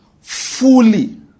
fully